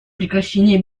прекращения